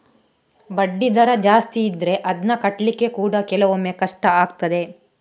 ಬಡ್ಡಿ ದರ ಜಾಸ್ತಿ ಇದ್ರೆ ಅದ್ನ ಕಟ್ಲಿಕ್ಕೆ ಕೂಡಾ ಕೆಲವೊಮ್ಮೆ ಕಷ್ಟ ಆಗ್ತದೆ